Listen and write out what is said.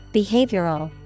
behavioral